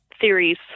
theories